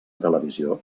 televisió